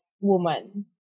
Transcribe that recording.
woman